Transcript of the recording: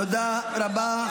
תודה רבה.